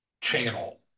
channel